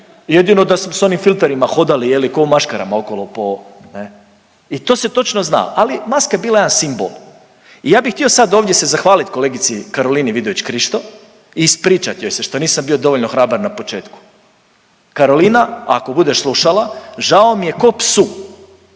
Jedino da smo s onim filterima hodali ko u maškarama okolo po, ne. I to se točno znalo, ali maska je bila jedan simbol. I ja htio sad ovdje se zahvalit kolegici Karolini Vidović Krišto i ispričat joj se što nisam bio dovoljno hrabar na početku. Karolina, ako budeš slušala, žao mi je ko psu.